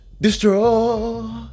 destroy